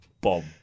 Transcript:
bob